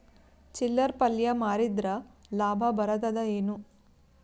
ಚಿಲ್ಲರ್ ಪಲ್ಯ ಮಾರಿದ್ರ ಲಾಭ ಬರತದ ಏನು?